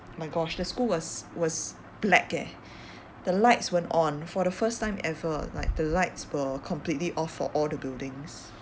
oh my gosh the school was was black eh the lights weren't on for the first time ever like the lights were completely off for all the buildings